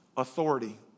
authority